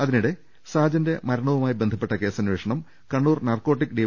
അതിനിടെ സാജന്റെ മരണവുമായി ബന്ധപ്പെട്ട കേസ നേഷണം കണ്ണൂർ നാർക്കോട്ടിക് ഡി